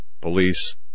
police